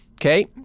Okay